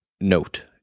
note